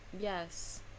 yes